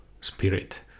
spirit